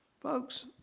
Folks